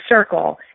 circle